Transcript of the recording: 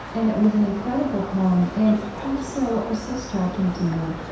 and it was an incredible poem. and also, what was so striking to me,